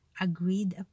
agreed